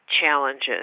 challenges